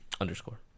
underscore